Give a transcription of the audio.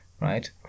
right